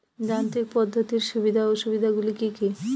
যান্ত্রিক পদ্ধতির সুবিধা ও অসুবিধা গুলি কি কি?